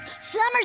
summer's